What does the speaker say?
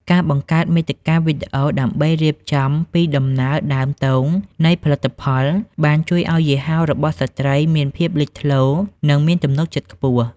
ការបង្កើតមាតិកាវីដេអូដើម្បីរៀបរាប់ពីដំណើរដើមទងនៃផលិតផល បានជួយឱ្យយីហោរបស់ស្ត្រីមានភាពលេចធ្លោ និងមានទំនុកចិត្តខ្ពស់។